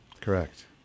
Correct